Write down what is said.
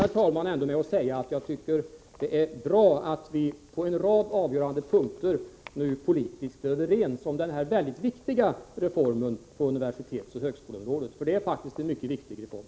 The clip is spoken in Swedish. Jag vill avsluta med att säga att jag tycker det är bra att vi på en rad avgörande punkter politiskt är överens om denna viktiga reform på universitetsoch högskoleområdet — för det är faktiskt en mycket viktig reform.